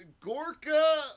gorka